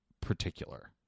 particular